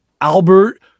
Albert